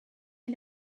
and